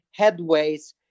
headways